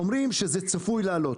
אומרים שהמחיר צפוי לעלות.